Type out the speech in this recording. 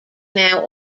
now